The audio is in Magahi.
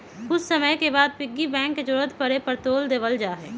कुछ समय के बाद पिग्गी बैंक के जरूरत पड़े पर तोड देवल जाहई